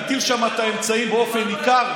ובוודאי, צריך להגביר שם את האמצעים באופן ניכר.